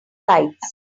lights